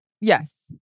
Yes